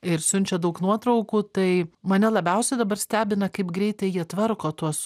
ir siunčia daug nuotraukų tai mane labiausiai dabar stebina kaip greitai jie tvarko tuos